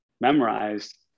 memorized